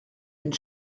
une